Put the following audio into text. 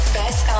best